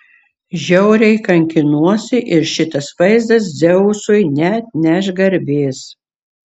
žiauriai kankinuosi ir šitas vaizdas dzeusui neatneš garbės